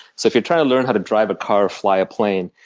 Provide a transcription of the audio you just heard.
so if you're trying to learn how to drive a car or fly a plane,